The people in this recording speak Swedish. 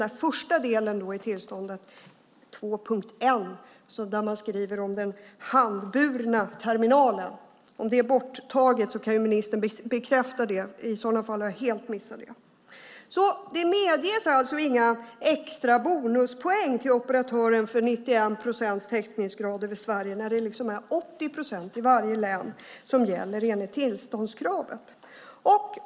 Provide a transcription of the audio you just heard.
Om den första delen i tillståndet, 2.1, där man skriver om den handburna terminalen är borttagen kan väl ministern bekräfta det, för det har jag i sådant fall helt missat. Det delas alltså inte ut några bonuspoäng till operatören för 91 procents täckningsgrad över Sverige när det är 80 procent i varje län som gäller enligt tillståndskravet.